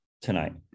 tonight